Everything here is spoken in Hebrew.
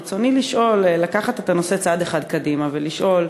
ברצוני לקחת את הנושא צעד אחד קדימה ולשאול: